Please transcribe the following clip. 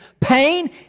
pain